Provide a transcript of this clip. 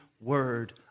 word